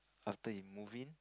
after he move in